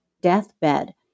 deathbed